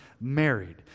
married